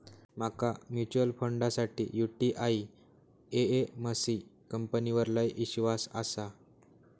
माका म्यूचुअल फंडासाठी UTI AMC कंपनीवर लय ईश्वास आसा